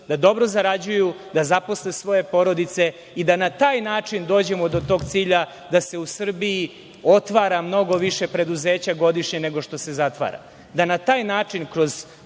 da dobro zarađuju, da zaposle svoje porodice i da na taj način dođemo do tog cilja da se u Srbiji otvara mnogo više preduzeća godišnje nego što se zatvara. Na